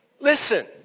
Listen